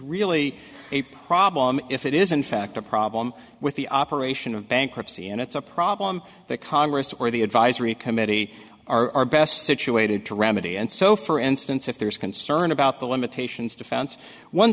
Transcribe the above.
really a problem if it is in fact a problem with the operation of bankruptcy and it's a problem that congress or the advisory committee are best situated to remedy and so for instance if there's concern about the limitations defense one